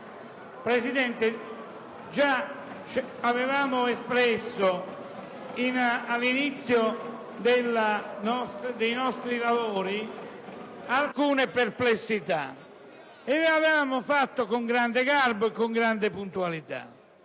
Presidente, già avevamo espresso all'inizio dei nostri lavori odierni alcune perplessità e lo avevamo fatto con grande garbo e puntualità.